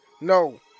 no